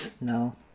No